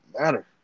matter